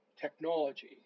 technology